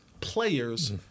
players